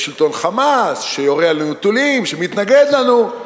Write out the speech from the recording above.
יש שלטון "חמאס" שיורה עלינו טילים, שמתנגד לנו.